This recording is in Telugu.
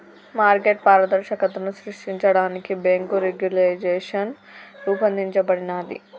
మార్కెట్ పారదర్శకతను సృష్టించడానికి బ్యేంకు రెగ్యులేషన్ రూపొందించబడినాది